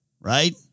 Right